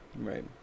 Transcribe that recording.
right